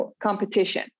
competition